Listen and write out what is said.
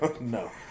No